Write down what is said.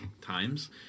times